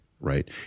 right